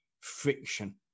friction